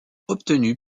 obtenu